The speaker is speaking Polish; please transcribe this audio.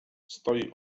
stoi